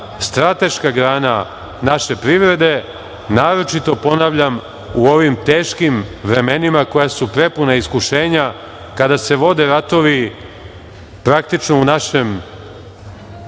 strateška grana naše privrede, naročito, ponavljam, u ovim teškim vremenima koja su prepuna iskušenja kada se vode ratovi praktično u našem